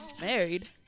Married